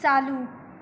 चालू